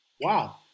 wow